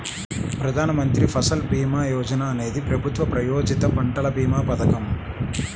ప్రధాన్ మంత్రి ఫసల్ భీమా యోజన అనేది ప్రభుత్వ ప్రాయోజిత పంటల భీమా పథకం